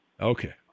Okay